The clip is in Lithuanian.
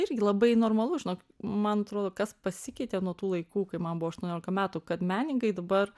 irgi labai normalu žinok man atrodo kas pasikeitė nuo tų laikų kai man buvo aštuoniolika metų kad menininkai dabar